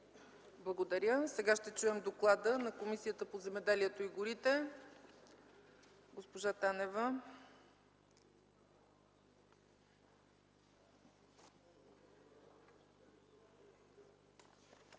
Благодаря. Сега ще чуем доклада на Комисията по земеделието и горите. Госпожа Танева. ДОКЛАДЧИК